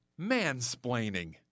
mansplaining